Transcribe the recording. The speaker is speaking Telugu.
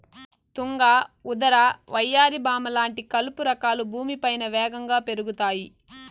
తుంగ, ఉదర, వయ్యారి భామ లాంటి కలుపు రకాలు భూమిపైన వేగంగా పెరుగుతాయి